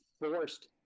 forced